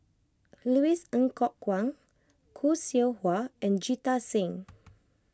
Louis Ng Kok Kwang Khoo Seow Hwa and Jita Singh